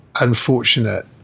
unfortunate